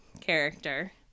character